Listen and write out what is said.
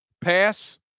pass